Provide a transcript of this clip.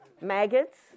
Maggots